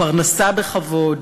הפרנסה בכבוד.